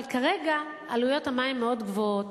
אבל כרגע העלויות מאוד גבוהות.